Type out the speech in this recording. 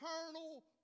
eternal